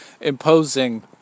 imposing